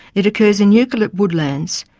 it occurs in eucalypt woodlands,